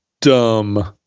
dumb